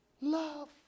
Love